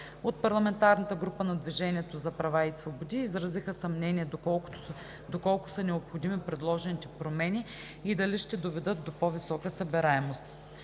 От парламентарната група на „Движението за права и свободи“ изразиха съмнение доколко са необходими предложените промени и дали ще доведат до по-висока събираемост.